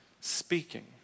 speaking